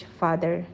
father